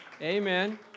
Amen